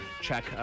check